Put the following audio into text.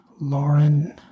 Lauren